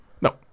No